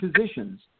positions